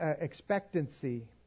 expectancy